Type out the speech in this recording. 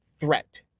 threat